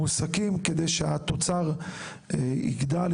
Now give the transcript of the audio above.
המועסקים כדי שהתוצר יגדל,